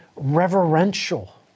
reverential